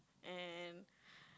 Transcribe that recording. and